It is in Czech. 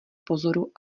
pozoru